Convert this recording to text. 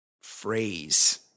phrase